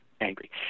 angry